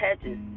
hedges